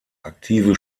aktive